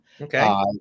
Okay